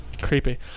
Creepy